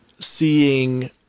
seeing